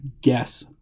guess